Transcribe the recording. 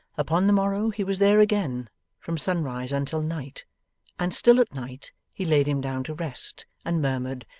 upon the morrow he was there again from sunrise until night and still at night he laid him down to rest, and murmured,